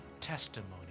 testimony